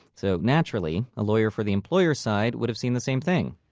so naturally, a lawyer for the employers' side would have seen the same thing.